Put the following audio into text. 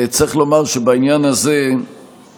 צריך לומר שבעניין הזה אנחנו,